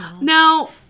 Now